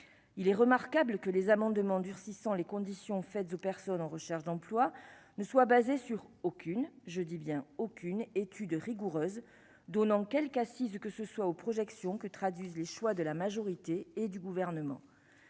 il est remarquable que les amendements durcissant les conditions faites aux personnes en recherche d'emploi ne soit basée sur aucune, je dis bien aucune étude rigoureuse donnant quelques assise ou que ce soit aux projections que traduisent les choix de la majorité et du gouvernement,